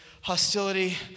hostility